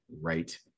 right